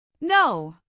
No